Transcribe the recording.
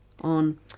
on